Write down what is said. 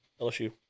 LSU